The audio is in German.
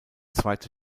zweite